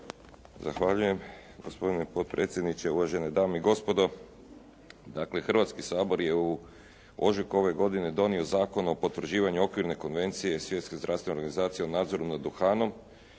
Zahvaljujem. Gospodine potpredsjedniče, uvažene dame i gospodo. Dakle Hrvatski sabor je u ožujku ove godine donio Zakon o potvrđivanju Okvirne konvencije Svjetske zdravstvene organizacije o nadzoru nad duhanom